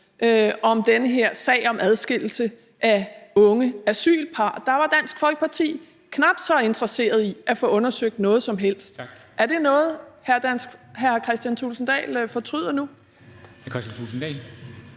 om den her sag om adskillelse af unge asylpar, og der var Dansk Folkeparti knap så interesseret i at få undersøgt noget som helst. Er det noget, hr. Kristian Thulesen Dahl fortryder nu?